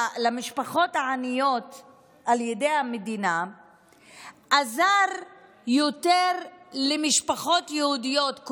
למשפחות העניות על ידי המדינה עזר יותר למשפחות יהודיות,